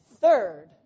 Third